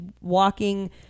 walking